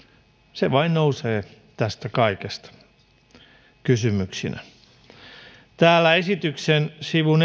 se vain nousee tästä kaikesta kysymyksinä esityksen sivulla